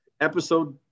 episode